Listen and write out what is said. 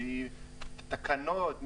שהיא תקנות,